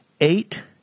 Eight